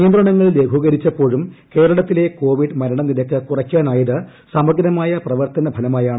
നിയന്ത്രണങ്ങൾ ലഘൂകരിച്ചപ്പോഴും കേരളത്തിലെ കോവിഡ് മരണ നിരക്ക് കുറയ്ക്കാനായത് സമഗ്രമായ പ്രവർത്തന ഫലമായാണ്